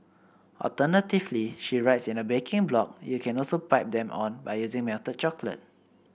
alternatively she writes in her baking blog you can also pipe them on by using melted chocolate